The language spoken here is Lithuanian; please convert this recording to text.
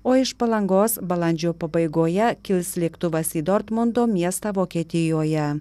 o iš palangos balandžio pabaigoje kils lėktuvas į dortmundo miestą vokietijoje